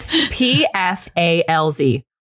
P-F-A-L-Z